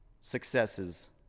successes